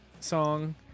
song